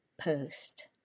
post